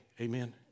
Amen